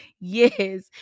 Yes